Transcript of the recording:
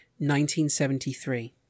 1973